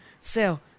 Sell